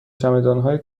چمدانهای